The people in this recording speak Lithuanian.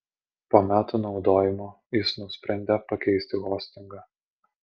po metų naudojimo jis nusprendė pakeisti hostingą